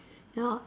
ya